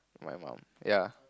my mum ya